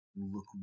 look